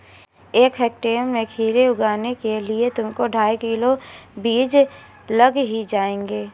एक हेक्टेयर में खीरे उगाने के लिए तुमको ढाई किलो बीज लग ही जाएंगे